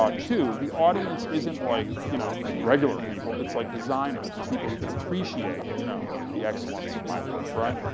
ah two, the audience isn't like, you know regular people, it's like designers, people who can appreciate you know the excellence of my work, right?